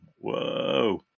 Whoa